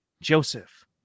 Joseph